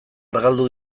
argaldu